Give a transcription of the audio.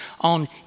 on